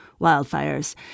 wildfires